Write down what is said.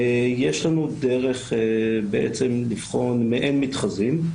יש לנו דרך לבחון מעין מתחזים.